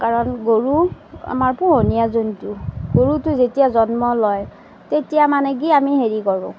কাৰণ গৰু আমাৰ পোহনীয়া জন্তু গৰুটো যেতিয়া জন্ম লয় তেতিয়া মানে কি আমি হেৰি কৰোঁ